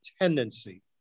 tendency